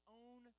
own